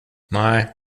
nej